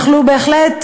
הם יכלו בהחלט,